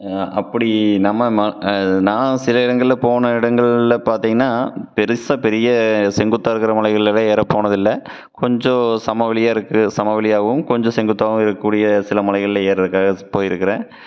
அப்படி நம்ம ம நான் சில இடங்களில் போன இடங்களில் பார்த்தீங்கன்னா பெருசாக பெரிய செங்குத்தாக இருக்கிற மலைகளில் எல்லாம் ஏற போனதில்லை கொஞ்சம் சமவெளியாக இருக்குது சமவெளியாகவும் கொஞ்சம் செங்குத்தாகவும் இருக்கக்கூடிய சில மலைகளில் ஏறதுக்காக போயிருக்கிறேன்